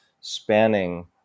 spanning